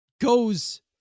goes